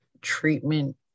treatment